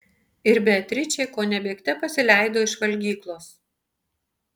ir beatričė kone bėgte pasileido iš valgyklos